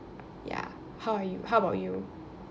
ya how are you how about you